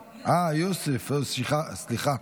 סליחה,